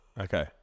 Okay